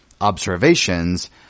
observations –